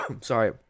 sorry